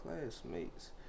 classmates